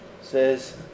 says